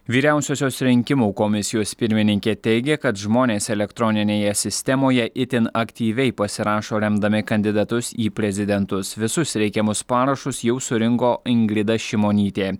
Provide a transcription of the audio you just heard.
vyriausiosios rinkimų komisijos pirmininkė teigia kad žmonės elektroninėje sistemoje itin aktyviai pasirašo remdami kandidatus į prezidentus visus reikiamus parašus jau surinko ingrida šimonytė